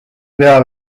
vea